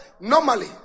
Normally